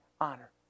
honor